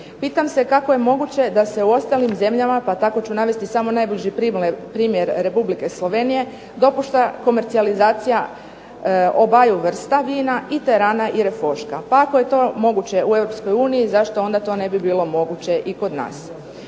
Pitam se kako je moguće da se u ostalim zemljama pa tako ću navesti samo najbliži primjer Republike Slovenije dopušta komercijalizacija obaju vrsta vina i Terana i Refoška. Pa ako je to moguće u Europskoj uniji zašto onda to ne bi bilo moguće i kod nas.